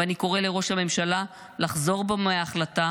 ואני קורא לראש הממשלה לחזור בו מההחלטה,